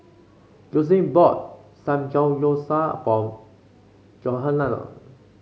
Joslyn bought Samgeyopsal for Johnathon